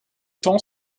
temps